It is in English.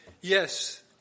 yes